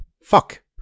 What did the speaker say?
Fuck